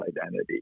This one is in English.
identity